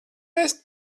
ēst